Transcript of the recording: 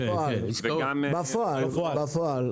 בפועל.